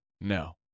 No